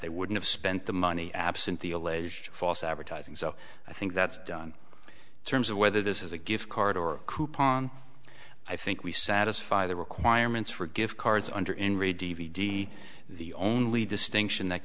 they wouldn't have spent the money absent the alleged false advertising so i think that's done in terms of whether this is a gift card or a coupon i think we satisfy the requirements for gift cards under in re d v d the only distinction that